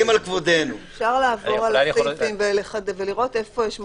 אפשר לעבור על הסעיפים, לראות היכן יש מחלוקות,